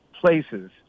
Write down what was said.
places